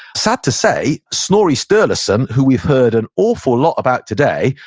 sad to say, snorri sturluson, who we've heard an awful lot about today,